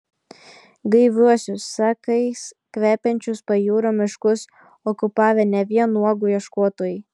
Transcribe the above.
gaiviuosius sakais kvepiančius pajūrio miškus okupavę ne vien uogų ieškotojai